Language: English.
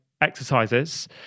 exercises